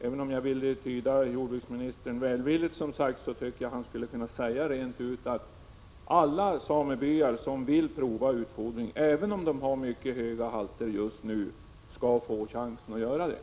Även om jag alltså vill tyda jordbruksministerns besked välvilligt, tycker jag att han direkt skulle kunna uttala att alla samebyar som vill prova utfodring skall få chansen att göra det, även om deras renar just nu har höga cesiumhalter.